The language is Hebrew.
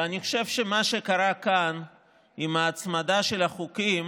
ואני חושב שמה שקרה כאן עם ההצמדה של החוקים